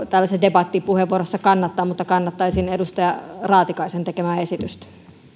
tällaisessa debattipuheenvuorossa kannattaa mutta kannattaisin edustaja raatikaisen tekemää esitystä